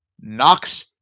Knocks